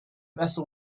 vessel